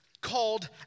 called